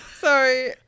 Sorry